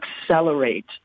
accelerate